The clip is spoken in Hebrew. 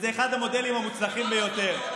זה אחד המודלים המוצלחים ביותר.